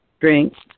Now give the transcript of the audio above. drinks